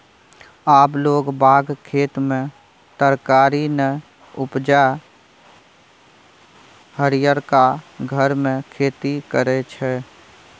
आब लोग बाग खेत मे तरकारी नै उपजा हरियरका घर मे खेती करय छै